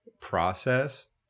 process